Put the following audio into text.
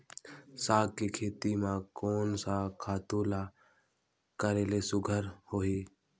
साग के खेती म कोन स खातु ल करेले सुघ्घर होही?